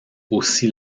aussi